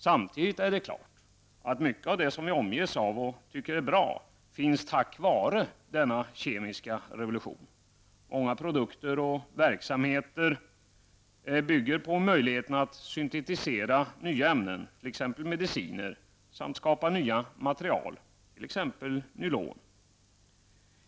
Samtidigt är det klart att mycket av det som vi omges av och tycker är bra finns tack vare denna ''kemiska revolution''. Många produkter och verksamheter bygger på möjligheterna att syntetisera nya ämnen, t.ex. mediciner, samt skapa nya material, t.ex.